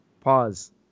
Pause